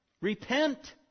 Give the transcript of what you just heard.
Repent